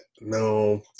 No